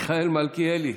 מיכאל מלכיאלי,